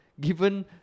given